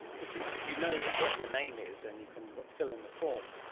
but you you know what your name is and you can fill in the form,